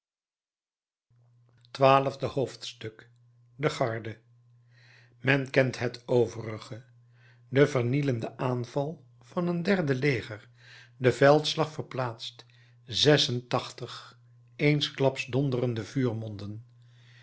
twaalfde hoofdstuk de garde men kent het overige de vernielende aanval van een derde leger de veldslag verplaatst zes en